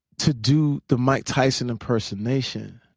to do the mike tyson impersonation